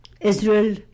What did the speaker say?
Israel